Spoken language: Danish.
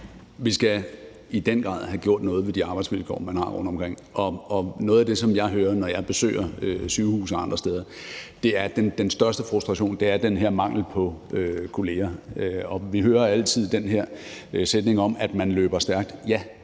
Vi skal i den grad have gjort noget ved de arbejdsvilkår, man har rundtomkring. Noget af det, som jeg hører, når jeg besøger sygehuse og andre steder, er, at den største frustration er den her mangel på kolleger, og vi hører altid den her sætning om, at man løber stærkt. Ja, for der mangler folk